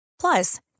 Plus